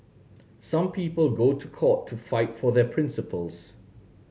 some people go to court to fight for their principles